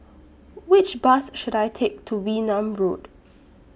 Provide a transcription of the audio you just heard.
Which Bus should I Take to Wee Nam Road